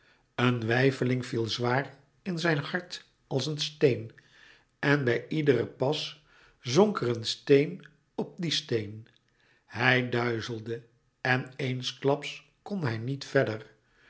een weifeling viel zwaar in zijn hart als een steen louis couperus metamorfoze en bij iederen pas zonk er een steen op dien steen hij duizelde en eensklaps kon hij niet verder